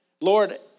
Lord